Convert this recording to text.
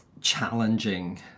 challenging